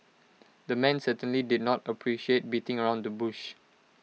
the man certainly did not appreciate beating around the bush